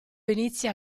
inizia